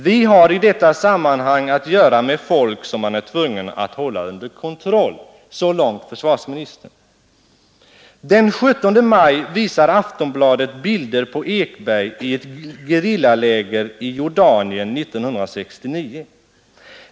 Vi har i detta sammanhang att göra med folk som man är tvungen att hålla under kontroll.” Den 17 maj visar Aftonbladet bilder på Ekberg i ett gerillaläger i Jordanien 1969.